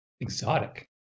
exotic